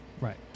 Right